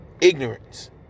Ignorance